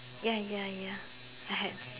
ya ya ya I had